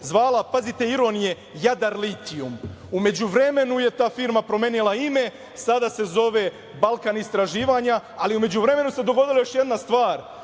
zvala, pazite ironije, "Jadar litijum". U međuvremenu je ta firma promenila ime. Sada se zove "Balkan istraživanja". Ali, u međuvremenu se dogodila još jedna stvar.